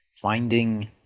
finding